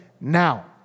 now